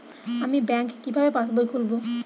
আমি ব্যাঙ্ক কিভাবে পাশবই খুলব?